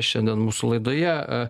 šiandien mūsų laidoje